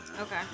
Okay